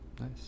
nice